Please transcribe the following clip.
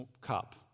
cup